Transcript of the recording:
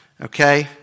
okay